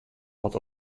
wat